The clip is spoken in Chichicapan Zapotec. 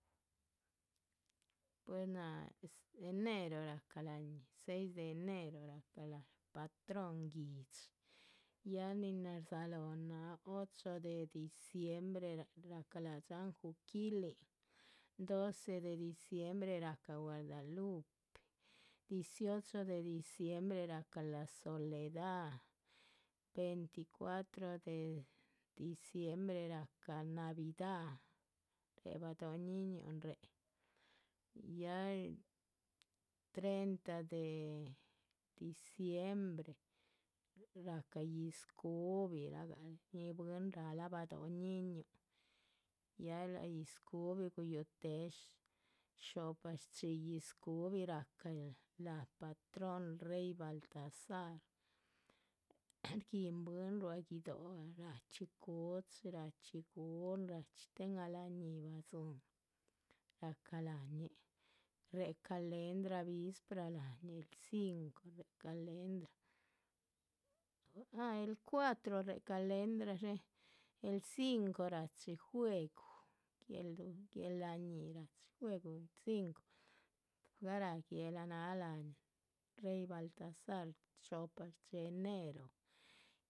Pues náha enero ráhca la´ñi, seis de enero rahca láha patrón guihdxi, ya nin náha rdzáhalohon náha ocho de diciembre, ráhca láha dxáhan juquilin,. doce de diciembre rahca guadalupe, dieciocho de diciembre rahca la soleda, veinticuatro de diciembre rahca navida, réhe badóho ñíñuhn réhe, ya treinta de. diciembre rahca yíz cu´birahgah shíñih bwín rálah badóho ñíñuhn ya láha yíz cu´bi guhuyéhe, xo´pa shchxí yíz cuhbi rahca láha patrónrey baltazar, rguíhin bwín ruá guido´, rachxí cuchi, ráchxi gum rachxi tin ah la´ñi badzíhin, rahca láhañih, réhe calendra vispra láhañih, cinco réhe calendra ah el cuatro. réhe calendra dxé el cinco ráchi jueguh, guéhel la´ñi rachi jueguh cinco garáha guéhla ah náha láhañih rey baltazar xo´pa shdxí enero